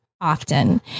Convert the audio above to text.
often